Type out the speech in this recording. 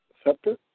Scepter